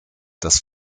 das